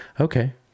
Okay